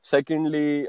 Secondly